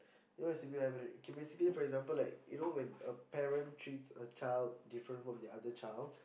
it was K basically for example like you know when a parent treats a child different from the other child